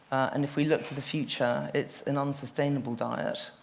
and if we look to the future, it's an unsustainable diet.